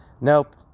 Nope